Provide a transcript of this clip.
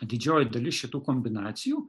didžioji dalis šitų kombinacijų